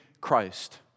Christ